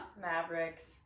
Mavericks